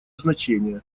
значения